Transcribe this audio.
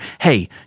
hey